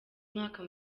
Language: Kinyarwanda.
umwaka